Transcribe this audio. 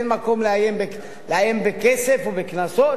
אין מקום לאיים בכסף או בקנסות,